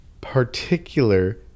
particular